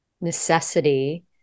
necessity